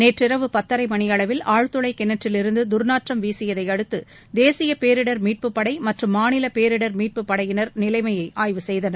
நேற்றிரவு பத்தரை மணியளவில் ஆழ்துளை கிணற்றிலிருந்து துர்நாற்றம் வீசியதையடுத்து தேசிய பேரிடர் மீட்புப் படை மற்றும் மாநில பேரிடர் மீட்புப் படையினர் நிலைமையை ஆய்வு செய்தனர்